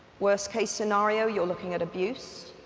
worst case scenario you're looking at abuse,